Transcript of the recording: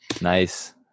nice